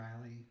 Riley